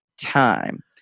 time